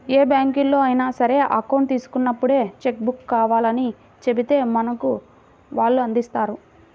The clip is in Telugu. ఏ బ్యాంకులో అయినా సరే అకౌంట్ తీసుకున్నప్పుడే చెక్కు బుక్కు కావాలని చెబితే మనకు వాళ్ళు అందిస్తారు